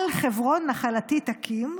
על חברון נחלתי תקים,